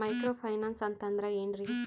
Micro finance ಅಂತಂದ್ರ ಏನ್ರೀ?